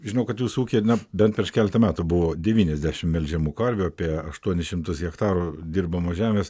žinau kad jūsų ūkyje net bent prieš keletą metų buvo devyniasdešimt melžiamų karvių apie aštuonis šimtus hektarų dirbamos žemės